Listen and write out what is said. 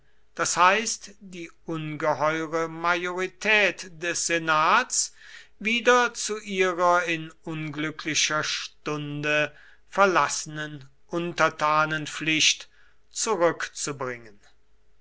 das heißt die ungeheure majorität des senats wieder zu ihrer in unglücklicher stunde verlassenen untertanenpflicht zurückzubringen